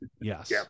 yes